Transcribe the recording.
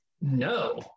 No